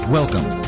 Welcome